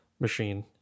machine